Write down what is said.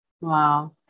Wow